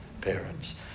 parents